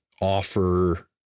offer